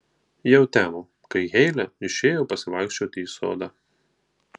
jau temo kai heile išėjo pasivaikščioti į sodą